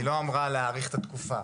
היא לא אמרה להאריך את התקופה.